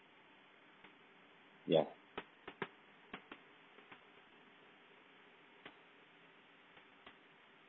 ya